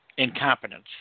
incompetence